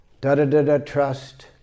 da-da-da-da-trust